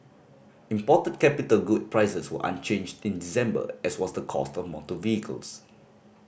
imported capital good prices were unchanged in December as was the cost of motor vehicles